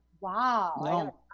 Wow